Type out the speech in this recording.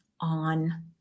on